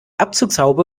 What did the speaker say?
abzugshaube